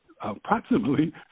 approximately